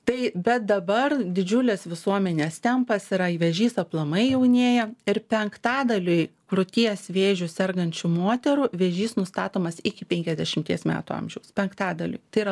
tai bet dabar didžiulės visuomenės tempas yra i vėžys aplamai jaunėja ir penktadaliui krūties vėžiu sergančių moterų vėžys nustatomas iki penkiasdešimties metų amžiaus penktadaliui tai yra